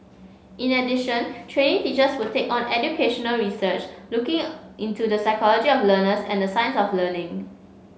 in addition trainee teachers will take on educational research looking into the psychology of learners and the science of learning